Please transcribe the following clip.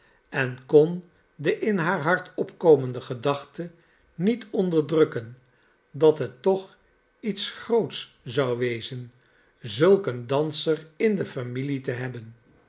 en kon de in haar hart opkomende gedachte niet onderdrukken dat het toch iets rootsch zou wezen zulk'een danser in de familie te hebben